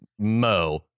Mo